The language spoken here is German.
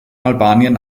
albanien